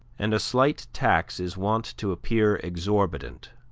and a slight tax is wont to appear exorbitant,